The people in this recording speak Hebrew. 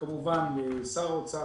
וכמובן לשר האוצר,